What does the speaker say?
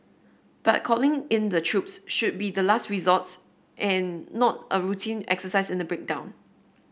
but calling in the troops should be the last resorts and not a routine exercise in a breakdown